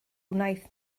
wnaeth